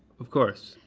of course.